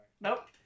Nope